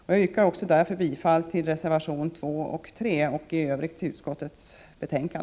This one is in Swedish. Jag yrkar bifall till reservationerna 2 och 3 och i övrigt till utskottets hemställan.